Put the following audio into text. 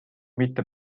mitte